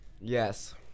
Yes